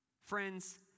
Friends